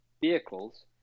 vehicles